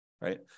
right